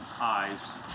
eyes